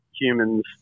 humans